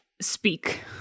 speak